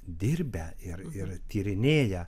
dirbę ir ir tyrinėję